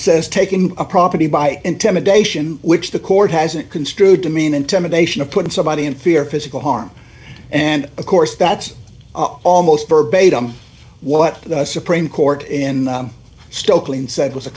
says taking a property by intimidation which the court hasn't construed to mean intimidation of putting somebody in fear physical harm and of course that's almost verbatim what the supreme court in still clean said was a